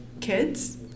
kids